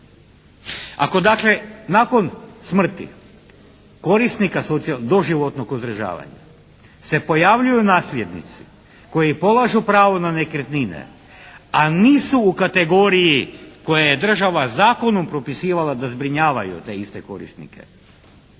Ako dakle nakon smrti korisnika doživotnog uzdržavanja se pojavljuju nasljednici koji polažu pravo na nekretnine, a nisu u kategoriji koje je država zakonom propisivala da zbrinjavaju te iste korisnike